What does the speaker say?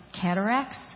cataracts